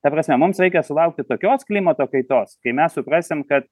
ta prasme mums reikia sulaukti tokios klimato kaitos kai mes suprasim kad